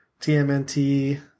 TMNT